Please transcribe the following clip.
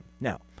Now